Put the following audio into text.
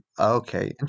okay